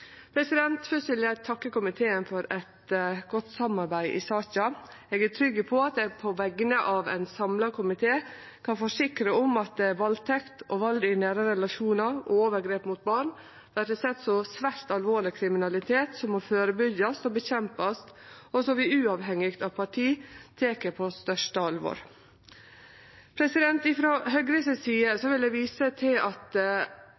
vil eg takke komiteen for eit godt samarbeid i saka. Eg er trygg på at eg på vegner av ein samla komité kan forsikre om at valdtekt og vald i nære relasjonar og overgrep mot barn vert sett på som svært alvorleg kriminalitet som må førebyggjast og kjempast mot, og som vi uavhengig av parti tek på største alvor. Frå Høgres side vil eg vise til at